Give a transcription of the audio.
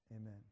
Amen